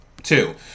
Two